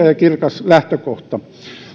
ja kirkas lähtökohta